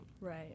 right